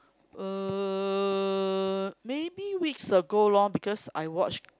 uh maybe weeks ago lor because I watch